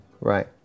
right